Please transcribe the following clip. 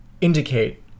indicate